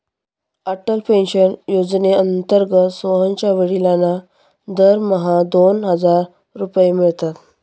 Atal pension योजनेअंतर्गत सोहनच्या वडिलांना दरमहा दोन हजार रुपये मिळतात